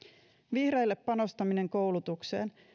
vihreille panostaminen koulutukseen